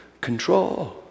control